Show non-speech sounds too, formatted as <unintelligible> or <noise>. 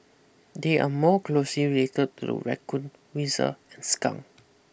they are more <unintelligible> raccoon weasel and skunk